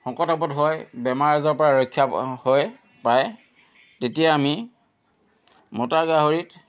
শকত আৱত হয় বেমাৰ আজাৰৰ পৰা ৰক্ষা হয় পায় তেতিয়া আমি মতা গাহৰিত